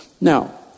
Now